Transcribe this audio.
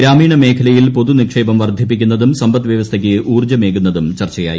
ഗ്രാമീണ മേഖലയിൽ പൊതുനിക്ഷേപം വർദ്ധിപ്പിക്കുന്നതും സമ്പദ്വ്യവസ്ഥയ്ക്ക് ഊർജ്ജമേകുന്നതും ചർച്ചയായി